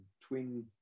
twin